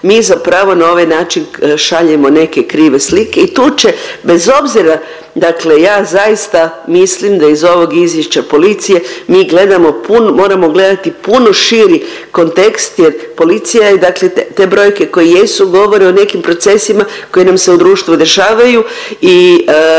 mi zapravo na ovaj način šaljemo neke krive slike i tu će bez obzira, dakle ja zaista mislim da iz ovog izvješća policije mi gledamo pu… moramo gledati puno širi kontekst jer policija je dakle te brojke koje jesu govore o nekim procesima koji nam se u društvu dešavaju.